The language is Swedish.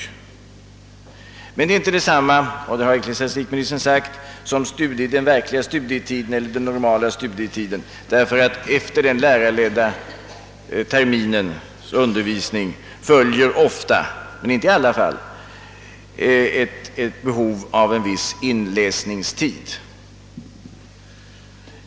Men det är inte detsamma — det har ecklesiastikministern sagt — som den verkliga studietiden eller den normala studietiden, eftersom efter den lärarledda terminens undervisning ofta följer — men inte i alla fall — ett behov av en viss inläsningstid.